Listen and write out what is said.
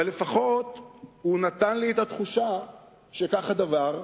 אבל לפחות הוא נתן לי את התחושה שכך הדבר,